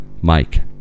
Mike